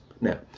Now